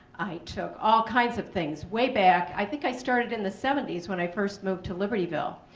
i took all kinds of things way back, i think i started in the seventy s when i first moved to libertyville.